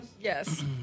Yes